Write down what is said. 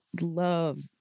love